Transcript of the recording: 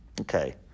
Okay